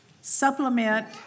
supplement